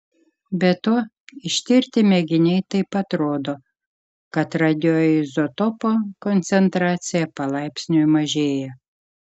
be to ištirti mėginiai taip pat rodo kad radioizotopo koncentracija palaipsniui mažėja